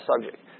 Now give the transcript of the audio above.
subject